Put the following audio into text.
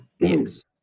Yes